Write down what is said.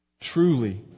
Truly